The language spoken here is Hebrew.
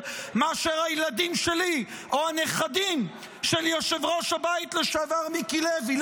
מאשר הילדים שלי או הנכדים של יושב-ראש הבית לשעבר מיקי לוי?